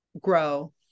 grow